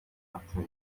after